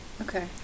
Okay